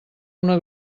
una